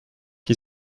qui